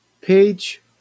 Page